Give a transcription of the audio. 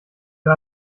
wir